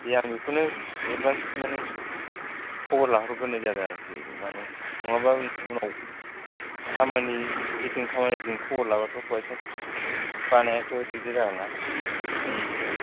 दे आं बेखौनो एदभान्स माने खबर लाहरग्रोनाय जादों आरोखि माने नङाबा उनाव खामानि सेटिं खालामनायजों खबर लाबाथ' बायसान्स बानायाखैबा दिग्दार जागोन ना